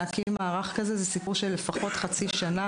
להקים מערך כזה זה סיפור של לפחות חצי שנה